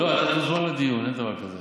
לא, אתה תוזמן לדיון, אין דבר כזה.